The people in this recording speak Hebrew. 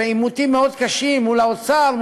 בעימותים קשים מאוד מול האוצר,